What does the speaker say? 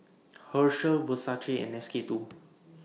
Herschel Versace and S K two